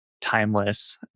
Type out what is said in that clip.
timeless